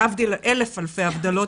להבדיל אלף אלפי הבדלות,